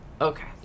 Okay